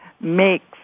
makes